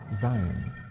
Zion